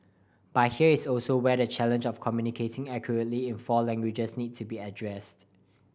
but here is also where the challenge of communicating accurately in four languages needs to be addressed